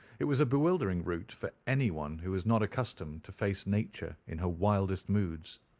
it was a bewildering route for anyone who was not accustomed to face nature in her wildest moods.